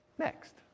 Next